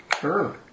sure